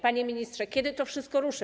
Panie ministrze, kiedy to wszystko ruszy?